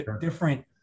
different